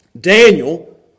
Daniel